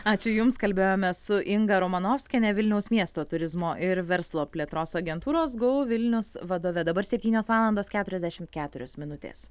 ačiū jums kalbėjome su inga romanovskiene vilniaus miesto turizmo ir verslo plėtros agentūros govilnius vadove dabar septynios valandos keturiasdešimt keturios minutės